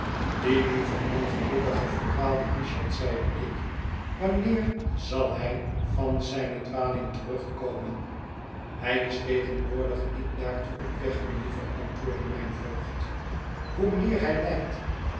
die lieve ongelukkige verdwaalde richard zeide ik wanneer zal hij van zijne dwaling terugkomen hij is tegenwoordig niet daartoe op weg meliéve antwoordde mijn voogd hoe meer hij lijdt